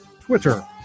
Twitter